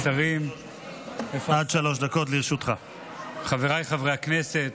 השרים, חבריי חברי הכנסת,